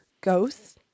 Ghosts